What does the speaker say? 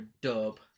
dub